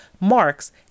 marks